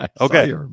Okay